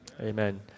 Amen